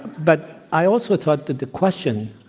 but i also thought that the question